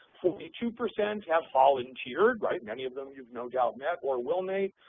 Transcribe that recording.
forty two percent have volunteered, right, many of them you've, no doubt, met or will meet.